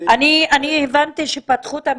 הבנתי שפתחו את המיקרופון.